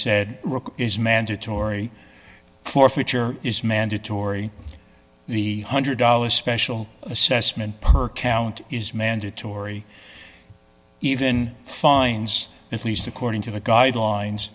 said is mandatory forfeiture is mandatory the one hundred dollars special assessment per count is mandatory even fines at least according to the guidelines